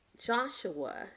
Joshua